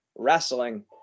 wrestling